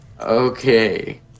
Okay